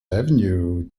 avenue